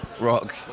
rock